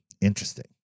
Interesting